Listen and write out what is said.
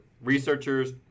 researchers